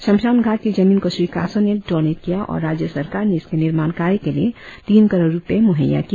शमशाम घाट की जमीन को श्री कासो ने डोनेट किया और राज्य सरकार ने इसके निर्माण कार्य के लिए तीन करोड़ रुपये मुहैय्या किया